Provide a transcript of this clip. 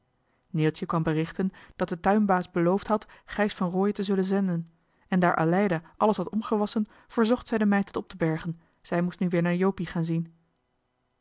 neeltje kwam berichten dat de tuinbaas beloofd had gijs van rooien te zullen zenden en daar aleida alles had omgewasschen verzocht zij de meid het op te bergen zij moest nu weer naar jopie gaan zien